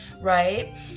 right